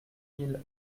mille